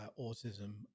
autism